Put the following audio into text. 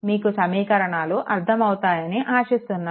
మీకు సమీకరణాలు అర్థం అవుతాయి అని ఆశిస్తున్నాను